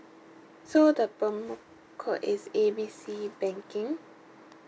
so the promo code is A B C banking